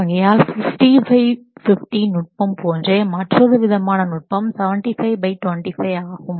ஆகையால் 50 பை 50 நுட்பம் போன்றே மற்றொரு விதமான நுட்பம் 75 பை 25 ஆகும்